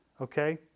okay